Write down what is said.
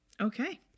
Okay